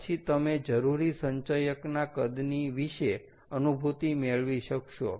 પછી તમે જરૂરી સંચયકના કદની વિશે અનુભૂતિ મળવી શકશો